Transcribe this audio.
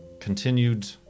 continued